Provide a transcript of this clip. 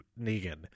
Negan